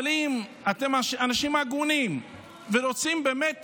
אבל אם אתם אנשים הגונים ורוצים באמת